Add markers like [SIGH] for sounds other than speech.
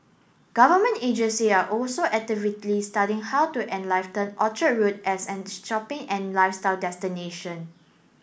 government agency are also actively studying how to [UNINTELLIGIBLE] Orchard Road as an shopping and lifestyle destination